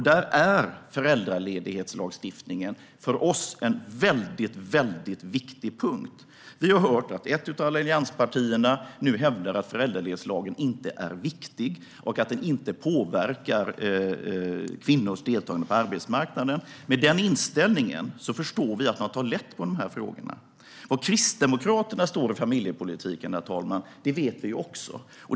Där är föräldraledighetslagstiftningen en mycket viktig punkt för oss. Vi har hört att ett av allianspartierna nu hävdar att föräldraledighetslagen inte är viktig och att den inte påverkar kvinnors deltagande på arbetsmarknaden. Med den inställningen förstår vi att man tar lätt på dessa frågor. Var Kristdemokraterna står i familjepolitiken vet vi också.